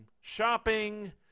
shopping